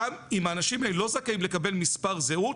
גם אם האנשים האלה לא זכאים לקבל מספר זהות,